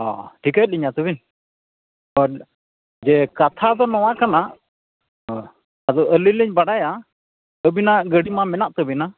ᱚ ᱴᱷᱤᱠᱟᱭᱮᱫ ᱞᱤᱧᱟᱹᱛᱚᱵᱤᱱ ᱚ ᱡᱮ ᱠᱟᱛᱷᱟ ᱫᱚ ᱱᱚᱣᱟ ᱠᱟᱱᱟ ᱚ ᱟᱫᱚ ᱟᱹᱞᱤᱧ ᱞᱤᱧ ᱵᱟᱰᱟᱭᱟ ᱟᱹᱵᱤᱱᱟᱜ ᱜᱟᱹᱰᱤᱢᱟ ᱢᱮᱱᱟᱜ ᱛᱟᱹᱵᱤᱱᱟ